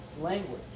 language